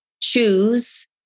choose